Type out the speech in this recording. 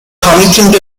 committing